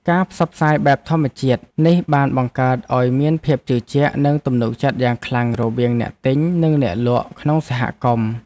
ការផ្សព្វផ្សាយបែបធម្មជាតិនេះបានបង្កើតឱ្យមានភាពជឿជាក់ និងទំនុកចិត្តយ៉ាងខ្លាំងរវាងអ្នកទិញនិងអ្នកលក់ក្នុងសហគមន៍។